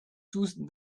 tous